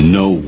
no